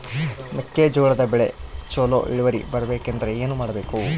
ಮೆಕ್ಕೆಜೋಳದ ಬೆಳೆ ಚೊಲೊ ಇಳುವರಿ ಬರಬೇಕಂದ್ರೆ ಏನು ಮಾಡಬೇಕು?